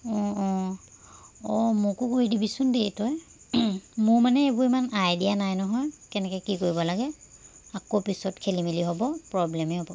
অঁ অঁ অঁ মোকো কৰি দিবিচোন দেই তই মোৰ মানে এইবোৰ ইমান আইডিয়া নাই নহয় কেনেকৈ কি কৰিব লাগে আকৌ পিছত খেলিমেলি হ'ব প্ৰব্লেমে হ'ব